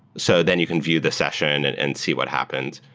so then you can view the session and and see what happens.